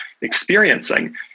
experiencing